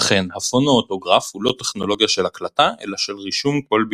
לכן הפונואוטוגרף הוא לא טכנולוגיה של הקלטה אלא של רישום קול בלבד.